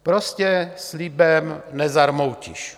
Prostě slibem nezarmoutíš.